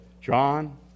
John